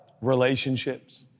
relationships